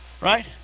Right